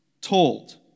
told